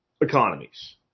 economies